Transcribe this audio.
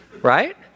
right